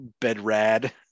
Bedrad